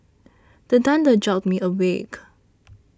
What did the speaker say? the thunder jolt me awake